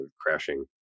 crashing